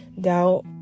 doubt